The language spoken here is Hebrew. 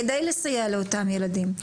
כדי לסייע לאותם ילדים.